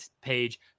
Page